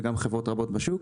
וגם חברות רבות בשוק.